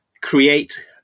create